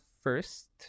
first